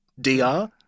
D-R